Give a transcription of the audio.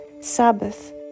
Sabbath